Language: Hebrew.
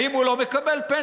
האם הוא לא מקבל פנסיה?